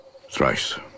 Thrice